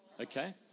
okay